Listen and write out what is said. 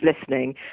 listening